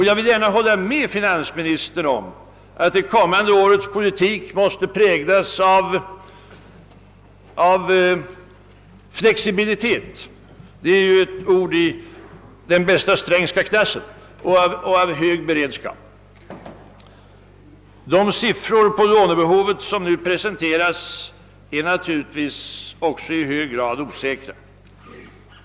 Jag vill gärna hålla med finansministern om att det kommande årets politik måste präglas av flexibilitet — ett ord i bästa Strängska klass — och av hög beredskap. De siffror för lånebehovet som nu presenteras är naturligtvis också i hög grad ovissa.